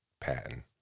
Patton